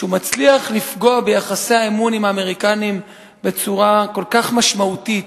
כשהוא מצליח לפגוע ביחסי האמון עם האמריקנים בצורה כל כך משמעותית,